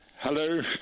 Hello